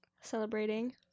celebrating